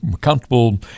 comfortable